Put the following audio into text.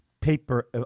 paper